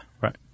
right